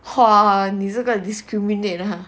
!wow! 你这个 discriminate ah